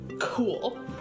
cool